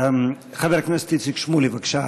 חבר הכנסת איציק שמולי, בבקשה.